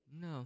No